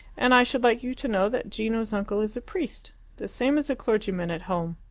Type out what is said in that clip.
and i should like you to know that gino's uncle is a priest the same as a clergyman at home.